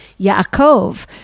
Yaakov